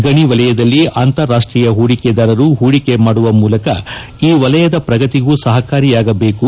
ಗಣಿ ವಲಯದಲ್ಲಿ ಅಂತಾರಾಷ್ಷೀಯ ಹೂಡಿಕೆದಾರರು ಹೂಡಿಕೆ ಮಾಡುವ ಮೂಲಕ ಈ ವಲಯದ ಪ್ರಗತಿಗೂ ಸಹಕಾರಿಯಾಗಬೇಕು